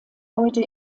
heute